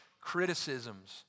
criticisms